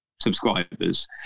subscribers